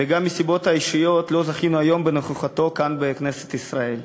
וגם מסיבות אישיות לא זכינו היום בנוכחותו כאן בכנסת ישראל.